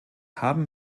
haben